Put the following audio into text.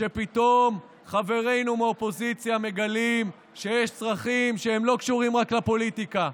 פתאום חברינו מהאופוזיציה מגלים שיש צרכים שלא קשורים רק לפוליטיקה,